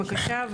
בבקשה.